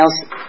else